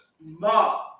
Ma